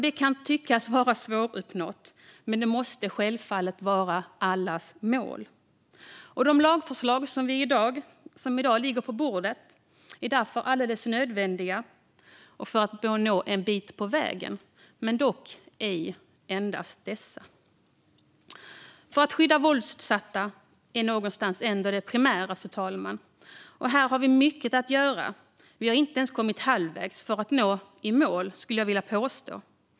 Det kan tyckas svåruppnått, men det måste självfallet vara allas mål. De lagförslag som i dag ligger på bordet är nödvändiga för att vi ska nå en bit på vägen, men det räcker inte med endast dessa. Att skydda våldsutsatta är ändå det primära, fru talman. Här har vi mycket att göra. Vi har inte ens kommit halvvägs för att nå målet, vill jag påstå.